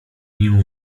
mimo